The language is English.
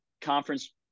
conference